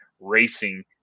racing